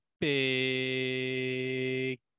big